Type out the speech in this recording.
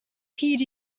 hyd